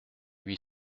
huit